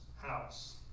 house